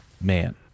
man